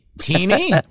teeny